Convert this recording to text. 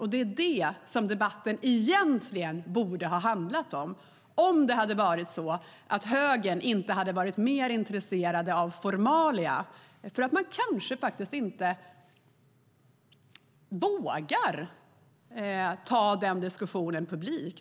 Det är det som debatten egentligen borde ha handlat om, om det hade varit så att högern inte hade varit mer intresserad av formalia. De vågar kanske inte ta diskussionen publikt.